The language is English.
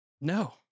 No